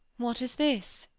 what is this?